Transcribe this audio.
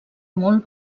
molt